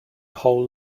whole